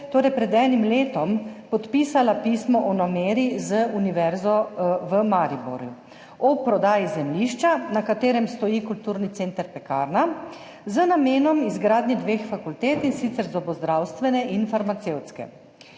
pred enim letom, podpisala pismo o nameri z Univerzo v Mariboru, o prodaji zemljišča, na katerem stoji kulturni center Pekarna, z namenom izgradnje dveh fakultet, in sicer zobozdravstvene in farmacevtske.